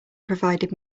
provided